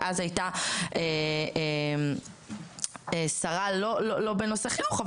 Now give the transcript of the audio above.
שאז הייתה שרה לא בנושא חינוך,